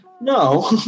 No